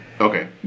Okay